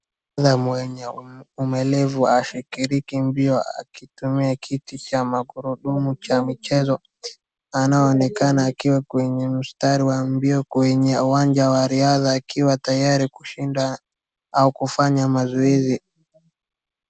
Mwenye ulemavu ashiriki mbio akitumia kiti cha magurudumu cha michezo. Anaonekana akiwa kwenye mstari wa mbio kwenye uwanja wa riadha, akiwa tayari kushindana au kufanya mazoezi.